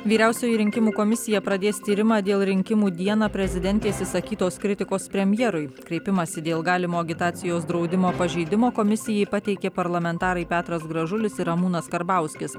vyriausioji rinkimų komisija pradės tyrimą dėl rinkimų dieną prezidentės išsakytos kritikos premjerui kreipimąsi dėl galimo agitacijos draudimo pažeidimo komisijai pateikė parlamentarai petras gražulis ir ramūnas karbauskis